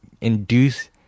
induce